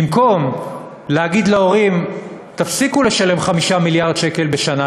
במקום להגיד להורים: תפסיקו לשלם 5 מיליארד שקל בשנה,